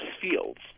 fields